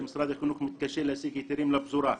שמשרד החינוך מתקשה להשיג היתרים לפזורה.